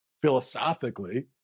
philosophically